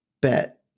bet